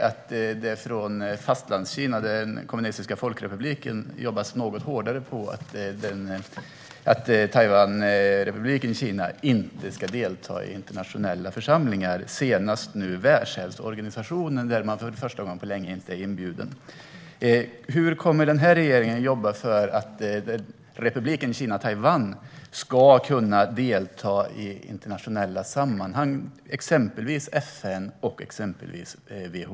I Fastlandskina, alltså den kommunistiska Folkrepubliken Kina, jobbas det hårt på att Taiwan inte ska delta i internationella församlingar. Senast gällde det Världshälsoorganisationen, där man för första gången på länge inte är inbjuden. Hur kommer regeringen att jobba för att republiken Kina, Taiwan, ska kunna delta i internationella sammanhang, exempelvis i FN och WHO?